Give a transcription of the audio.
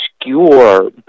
obscure